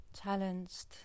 challenged